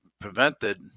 prevented